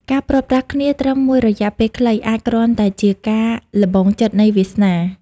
ការព្រាត់ប្រាសគ្នាត្រឹមមួយរយៈពេលខ្លី អាចគ្រាន់តែជាការល្បងចិត្តនៃវាសនា។